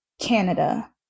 Canada